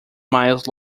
miles